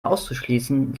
auszuschließen